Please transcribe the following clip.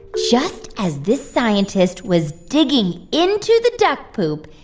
just as this scientist was digging into the duck poop,